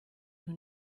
who